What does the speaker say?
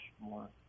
more